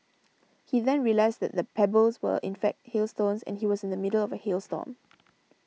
he then realised that the pebbles were in fact hailstones and he was in the middle of a hail storm